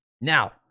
now